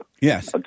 Yes